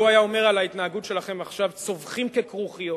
והוא היה אומר על ההתנהגות שלכם עכשיו: צווחים ככרוכיות.